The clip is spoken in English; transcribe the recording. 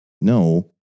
No